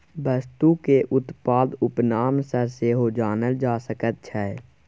वस्तुकेँ उत्पादक उपनाम सँ सेहो जानल जा सकैत छै